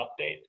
update